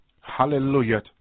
Hallelujah